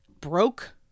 broke